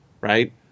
right